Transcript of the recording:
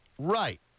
Right